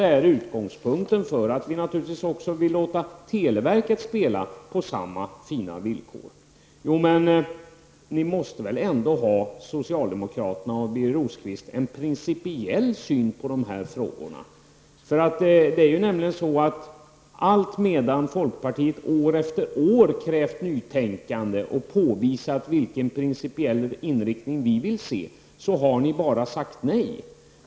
Det här är utgångspunkten för att vi naturligtvis vill låta televerket spela på samma gynnsamma villkor. Socialdemokraterna och Birger Rosqvist måste ändå ha en principiell syn på dessa frågor. Alltmedan folkpartiet år efter år krävt nytänkande och påvisat vilken principiell inriktning vi vill se, har socialdemokraterna bara sagt nej.